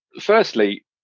firstly